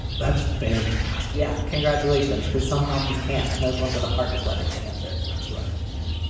that's fantastic. yeah congratulations. cause some problems can't. and those ones are the hardest letters to answer. that's right. yeah.